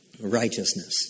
righteousness